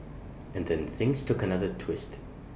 and then things took another twist